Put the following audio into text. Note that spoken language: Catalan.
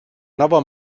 nova